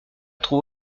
trouve